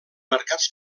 mercats